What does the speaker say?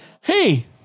hey